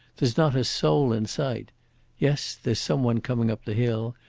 there's not a soul in sight yes, there's some one coming up the hill,